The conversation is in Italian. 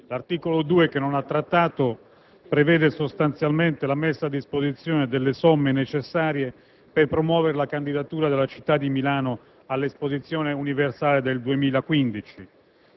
L'articolo 2, che non è stato trattato, prevede sostanzialmente la messa a disposizione delle somme necessarie per promuovere la candidatura della città di Milano all'esposizione universale del 2015.